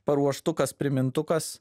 paruoštukas primintukas